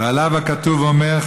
ועליו הכתוב אומר,